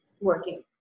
working